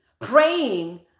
praying